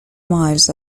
miles